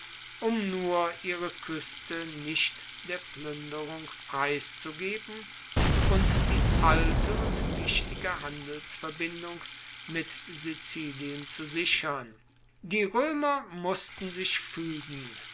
um nur ihre kueste nicht der pluenderung preiszugeben und die alte und wichtige handelsverbindung mit sizilien zu sichern die roemer mussten sich fuegen